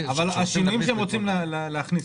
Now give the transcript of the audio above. שעמיתים הצטרפו אליה ונפתחה לאחר 1995,